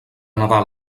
nadal